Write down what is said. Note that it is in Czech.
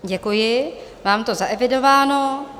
Děkuji, mám to zaevidováno.